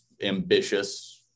ambitious